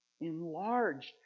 enlarged